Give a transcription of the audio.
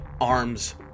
arms